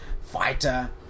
fighter